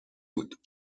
بود